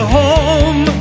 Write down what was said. home